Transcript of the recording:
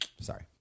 Sorry